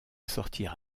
sortir